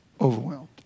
Overwhelmed